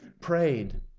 prayed